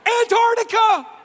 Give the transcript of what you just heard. Antarctica